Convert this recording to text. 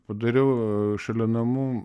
padariau šalia namų